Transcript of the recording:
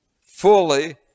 fully